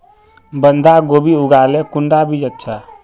बंधाकोबी लगाले कुंडा बीज अच्छा?